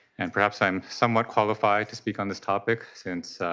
and perhaps i am somewhat qualified to speak on this topic since i